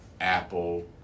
Apple